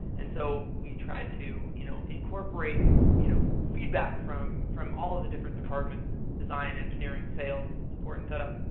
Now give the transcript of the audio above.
and so we try to you know incorporate you know feedbacks from from all of the different departments design, engineering sales, support and setup.